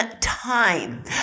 time